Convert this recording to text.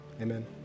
amen